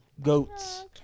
goats